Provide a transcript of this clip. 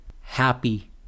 Happy